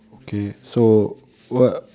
oh okay so what